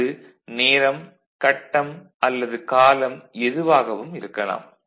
அது நேரம் கட்டம் அல்லது காலம் எதுவாகவும் இருக்கலாம்